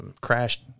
crashed